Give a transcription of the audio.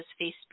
Facebook